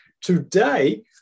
Today